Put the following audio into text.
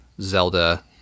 Zelda